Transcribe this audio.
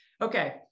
Okay